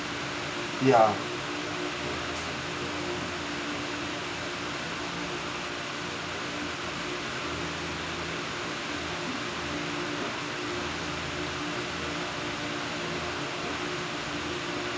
ya